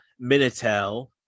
minitel